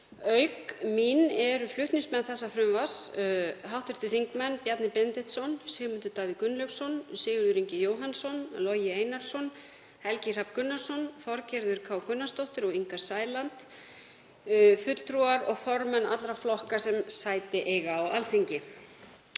Auk mín eru flutningsmenn frumvarpsins hv. þingmenn Bjarni Benediktsson, Sigmundur Davíð Gunnlaugsson, Sigurður Ingi Jóhannsson, Logi Einarsson, Helgi Hrafn Gunnarsson, Þorgerður K. Gunnarsdóttir og Inga Sæland, fulltrúar og formenn allra flokka sem sæti eiga á Alþingi.